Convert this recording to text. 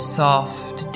soft